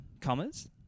commas